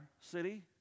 city